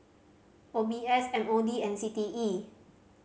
O B S M O D and C T E